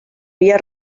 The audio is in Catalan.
via